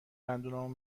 دندونامو